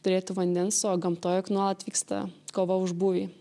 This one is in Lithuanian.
turėtų vandens o gamtoje juk nuolat vyksta kova už būvį